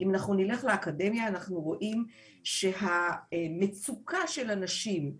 אם אנחנו נלך לאקדמיה אנחנו רואים שהמצוקה של הנשים,